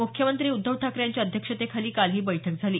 मुख्यमंत्री उद्धव ठाकरे यांच्या अध्यक्षतेखाली काल ही बैठक झाली